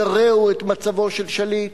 ירעו את מצבו של שליט.